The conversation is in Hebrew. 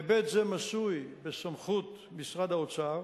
היבט זה הוא בסמכות משרד האוצר.